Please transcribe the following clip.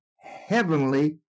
heavenly